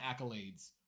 accolades